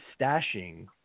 stashing